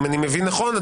אם אני מבין נכון,